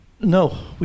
no